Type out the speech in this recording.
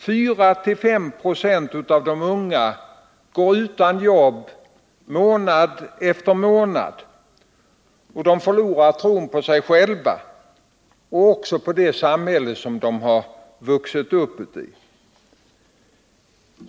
4-5 26 av de unga går utan jobb månad efter månad. De förlorar tron på sig själva och också på det samhälle som de växt upp i.